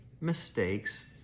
mistakes